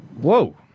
Whoa